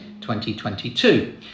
2022